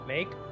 Make